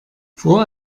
vor